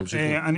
יונתן, בבקשה.